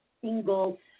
single